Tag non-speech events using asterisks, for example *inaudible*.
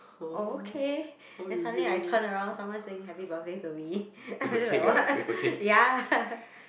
oh okay then suddenly I turn around someone singing happy birthday to me *laughs* I just like what ya